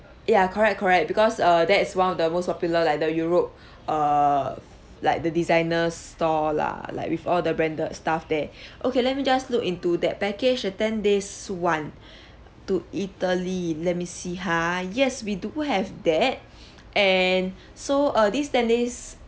ya correct correct because err that is one of the most popular like the europe err like the designer store lah like with all the branded stuff there okay let me just look into that package the ten days [one] to italy let me see ha yes we do have that and so err this ten days